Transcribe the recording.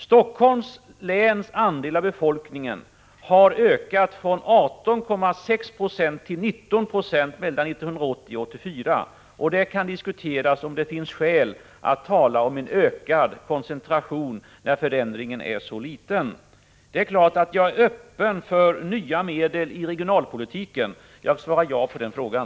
Helsingforss läns andel av befolkningen har ökat från 18,6 90 till 19 90 mellan 1980 och 1984, och det kan diskuteras om det finns skäl att tala om en ökad koncentration när förändringen är så liten. Det är klart att jag är öppen för nya medel i regionalpolitiken — jag svarar ja på den frågan.